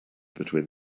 between